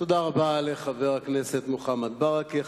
תודה רבה לחבר הכנסת מוחמד ברכה.